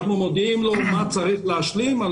אנחנו מודיעים מה צריך להשלים.